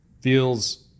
feels